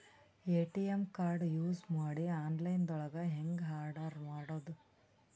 ATM card use ಮಾಡಿ online ದೊಳಗೆ ಹೆಂಗ್ ಆರ್ಡರ್ ಮಾಡುದು?